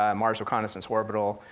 um mars reconnaissance orbital,